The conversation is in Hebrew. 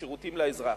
השירותים לאזרח.